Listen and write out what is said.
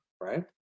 right